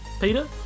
peter